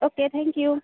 okay thank you